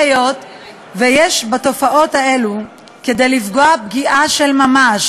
היות שיש בתופעות אלו כדי לפגוע פגיעה של ממש